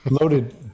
Loaded